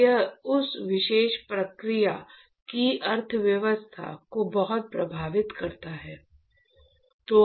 तो यह उस विशेष प्रक्रिया की अर्थव्यवस्था को बहुत प्रभावित करता है